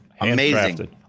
amazing